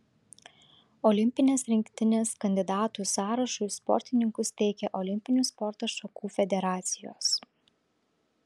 olimpinės rinktinės kandidatų sąrašui sportininkus teikia olimpinių sporto šakų federacijos